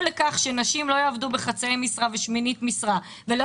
לכך שנשים לא יעבדו בחצאי משרה ובשמינית משרה ולא